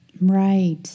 Right